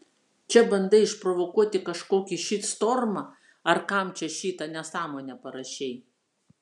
čia bandai išprovokuoti kažkokį šitstormą ar kam čia šitą nesąmonę parašei